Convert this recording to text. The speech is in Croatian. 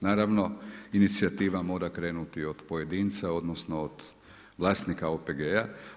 Naravno, inicijativa mora krenuti od pojedinca odnosno, od vlasnika OPG-a.